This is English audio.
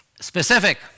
Specific